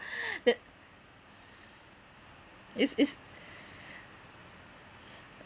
that it's it's